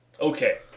Okay